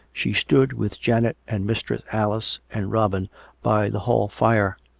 she stood with janet and mistress alice and robin by the hall fire.